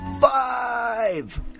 five